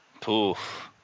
Poof